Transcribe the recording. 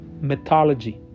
mythology